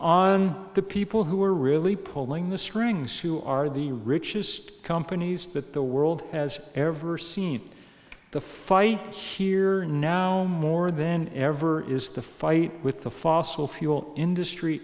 on the people who are really pulling the strings who are the richest companies that the world has ever seen the fight here now more than ever is the fight with the fossil fuel industry